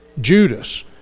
Judas